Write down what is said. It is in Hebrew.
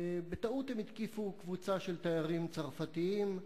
בטעות הם התקיפו קבוצה של תיירים צרפתים,